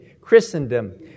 Christendom